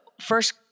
first